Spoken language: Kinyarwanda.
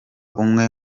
umwe